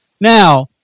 Now